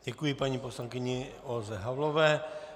Děkuji paní poslankyni Olze Havlové.